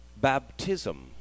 baptism